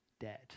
dead